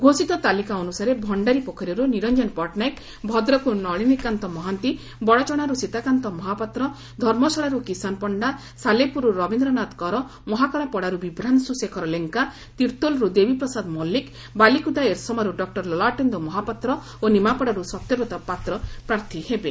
ଘୋଷିତ ତାଲିକା ଅନୁସାରେ ଭ ନିରଞ୍ଚନ ପଟ୍ଟନାୟକ ଭଦ୍ରକରୁ ନଳିନୀକାନ୍ତ ମହାନ୍ତି ବଡ଼ଚଣାରୁ ସୀତାକାନ୍ତ ମହାପାତ୍ର ଧର୍ମଶାଳାରୁ କିଷାନ ପଣ୍ତା ସାଲେପୁରରୁ ରବୀନ୍ଦ୍ରନାଥ କର ମହାକାଳପଡ଼ାରୁ ବିଭ୍ରାଂଶୁ ଶେଖର ଲେଙ୍କା ତିର୍ଭୋଲ୍ରୁ ଦେବୀ ପ୍ରସାଦ ମଲ୍କିକ ବାଲିକୁଦା ଏରସମାରୁ ଡକୁର ଲଲାଟେନ୍ଦୁ ମହାପାତ୍ର ଓ ନିମାପଡ଼ାରୁ ସତ୍ୟବ୍ରତ ପାତ୍ର ପ୍ରାର୍ଥୀ ହେବେ